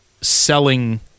selling